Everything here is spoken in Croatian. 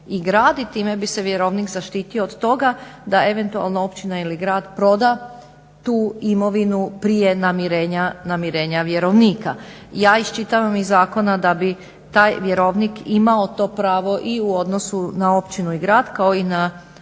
i grad i time bi se vjerovnik zaštitio od toga da eventualno općina ili grad proda tu imovinu prije namirenja vjerovnika. Ja iščitavam iz zakona da bi taj vjerovnik imao to pravo i u odnosu na općinu i grad kao i na